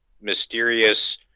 mysterious